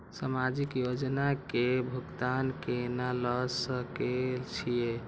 समाजिक योजना के भुगतान केना ल सके छिऐ?